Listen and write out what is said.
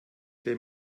der